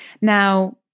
Now